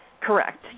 Correct